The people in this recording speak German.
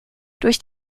durch